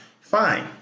Fine